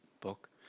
book